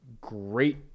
great